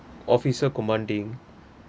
officer commanding